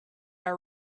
our